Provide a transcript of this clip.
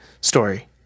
story